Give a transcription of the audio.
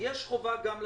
יש חובה גם לציבור.